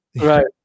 Right